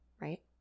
right